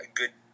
good